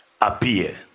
appear